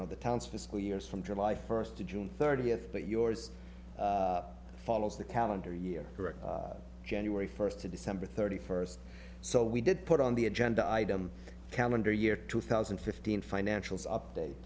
know the town's fiscal years from july first to june thirtieth but yours follows the calendar year correct january first to december thirty first so we did put on the agenda item calendar year two thousand and fifteen financials update